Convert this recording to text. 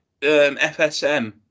FSM